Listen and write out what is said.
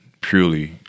purely